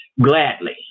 gladly